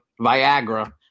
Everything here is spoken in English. Viagra